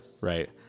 Right